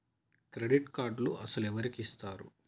Credit కార్డులు అసలు ఎవరికి ఇస్తారు?